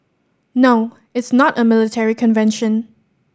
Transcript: no it's not a military convention